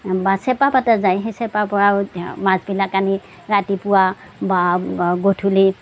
বা চেঁপা পাতা যায় সেই চেঁপাৰ পৰাও মাছবিলাক আনি ৰাতিপুৱা বা গধূলি